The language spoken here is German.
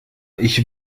ich